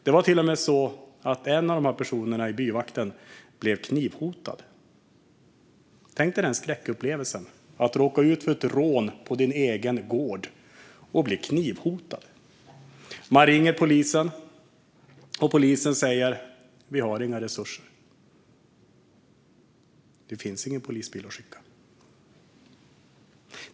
Det var till och med så att en av personerna i byvakten blev knivhotad - tänk dig skräckupplevelsen att råka ut för ett rån på din egen gård och bli knivhotad! Man ringer polisen, och polisen säger: "Vi har inga resurser. Det finns ingen polisbil att skicka."